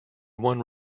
one